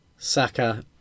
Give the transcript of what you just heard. Saka